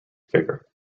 figure